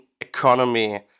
economy